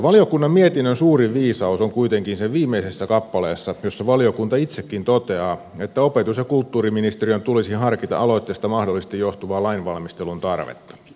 valiokunnan mietinnön suurin viisaus on kuitenkin sen viimeisessä kappaleessa jossa valiokunta itsekin toteaa että opetus ja kulttuuriministeriön tulisi harkita aloitteesta mahdollisesti johtuvaa lainvalmistelun tarvetta